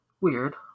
weird